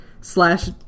slash